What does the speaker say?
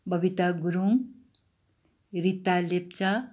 Babita Gurung Rita Lepcha